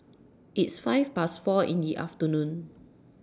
its five Past four in The afternoon